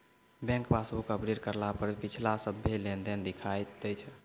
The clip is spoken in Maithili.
बैंक पासबुक अपडेट करला पर पिछला सभ्भे लेनदेन दिखा दैय छै